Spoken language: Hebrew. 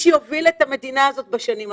שיוביל את המדינה הזאת בשנים הבאות,